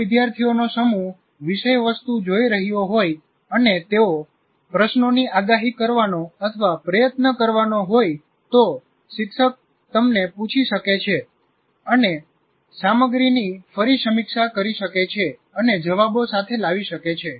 જો વિદ્યાર્થીઓનો સમૂહ વિષયવસ્તુ જોઈ રહ્યો હોય અને તેઓ પ્રશ્નોની આગાહી કરવાનોપ્રયત્ન કરવાનો હોય તો શિક્ષક તમને પૂછી શકે છે અને સામગ્રીની ફરી સમીક્ષા કરી શકે છે અને જવાબો સાથે આવી શકે છે